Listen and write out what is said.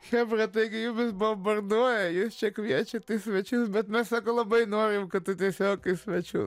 chebra taigi jumis bombarduoja jūs čia kviečiat į svečius bet mes sako labai norim kad tu tiesiog į svečius